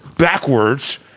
Backwards